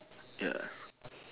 ya